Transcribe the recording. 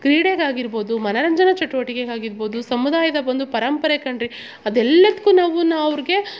ಕ್ರೀಡೆಗಾಗಿರ್ಬೋದು ಮನರಂಜನ ಚಟುವಟಿಕೆಗಾಗಿರ್ಬೋದು ಸಮುದಾಯದ ಒಂದು ಪರಂಪರೆ ಕಣ್ರಿ ಅದೆಲ್ಲದಕ್ಕು ನಾವು ನಾ ಅವ್ರಿಗೆ